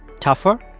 tougher?